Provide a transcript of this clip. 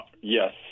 Yes